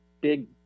big